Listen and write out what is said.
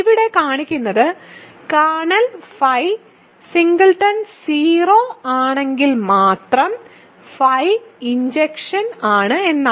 ഇവിടെ കാണിക്കുന്നത് കേർണൽ φ 0 ആണെങ്കിൽ മാത്രം φ ഇൻജക്ഷൻ ആണ് എന്നാണ്